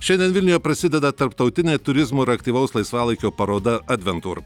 šiandien vilniuje prasideda tarptautinė turizmo ir aktyvaus laisvalaikio paroda adventur